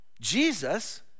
Jesus